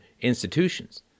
institutions